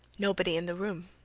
nobody in the room.